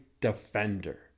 defender